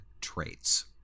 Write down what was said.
traits